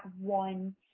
one